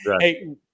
Hey